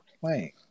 playing